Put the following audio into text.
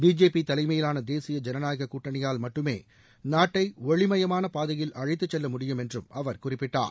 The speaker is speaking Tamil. பிஜேபி தலைமையிலான தேசிய ஜனநாயக கூட்டணியால் மட்டுமே நாட்டை ஒளிமயமான பாதையில் அழைத்துச் செல்ல முடியும் என்றும் அவர் குறிப்பிட்டார்